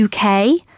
uk